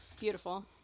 beautiful